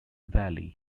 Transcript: valley